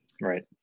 Right